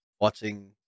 watching